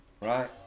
right